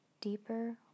deeper